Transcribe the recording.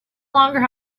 longer